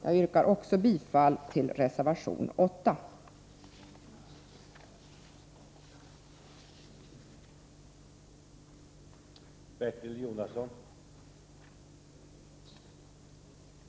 Jag yrkar således bifall till reservationerna 3, 4, 5, 7 och 9.